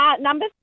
Number